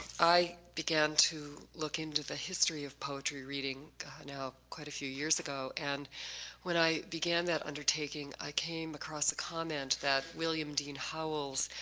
i began to look into the history of poetry reading god now quite a few years ago and when i began that undertaking i came across a comment that william dean howells,